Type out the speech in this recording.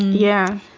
yeah.